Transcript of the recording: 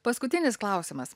paskutinis klausimas